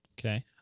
Okay